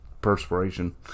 perspiration